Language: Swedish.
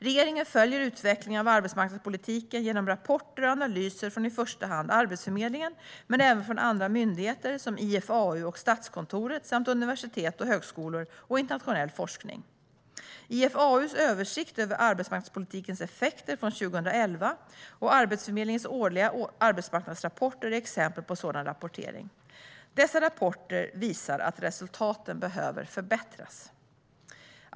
Regeringen följer utvecklingen av arbetsmarknadspolitiken genom rapporter och analyser från i första hand Arbetsförmedlingen men även från andra myndigheter som IFAU och Statskontoret samt universitet och högskolor och internationell forskning. IFAU:s översikt över arbetsmarknadspolitikens effekter från 2011 och Arbetsförmedlingens årliga arbetsmarknadsrapporter är exempel på sådan rapportering. Dessa rapporter visar att resultaten behöver förbättras.